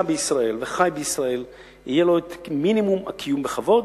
בישראל וחי בישראל יהיה לו את מינימום הקיום בכבוד.